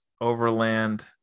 Overland